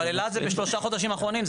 באילת זה שלושה חודשים אחרונים,